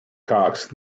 cocks